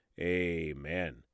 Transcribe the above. amen